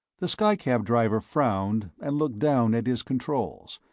the skycab driver frowned and looked down at his controls,